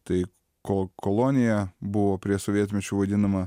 tai ko kolonija buvo prie sovietmečiu vadinama